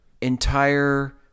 entire